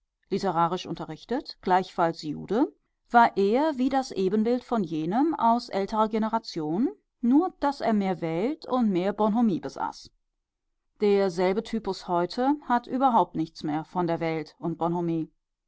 literarisch unterrichtet gleichfalls jude war er wie das ebenbild von jenem aus älterer generation nur daß er mehr welt und mehr bonhomie besaß derselbe typus heute hat überhaupt nichts mehr von der welt und bonhomie